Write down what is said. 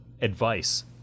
advice